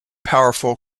powerful